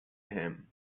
him